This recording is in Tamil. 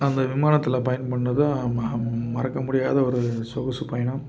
அந்த விமானத்தில் பயணம் பண்ணதும் ம மறக்க முடியாத ஒரு சொகுசு பயணம்